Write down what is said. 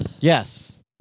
Yes